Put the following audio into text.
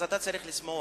אז אתה צריך לשמוח.